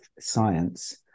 science